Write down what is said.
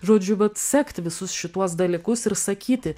žodžiu vat sekt visus šituos dalykus ir sakyti